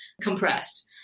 compressed